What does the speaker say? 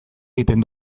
egiten